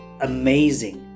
amazing